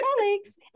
Alex